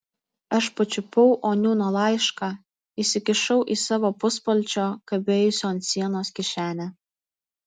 aš pačiupau oniūno laišką įsikišau į savo puspalčio kabėjusio ant sienos kišenę